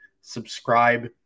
subscribe